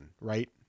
right